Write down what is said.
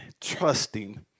trusting